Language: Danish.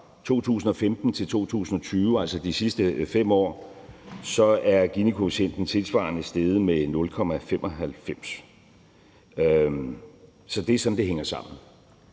fra 2015 til 2020, altså de sidste 5 år, så er Ginikoefficienten tilsvarende steget med 0,95. Så det er sådan, det hænger sammen.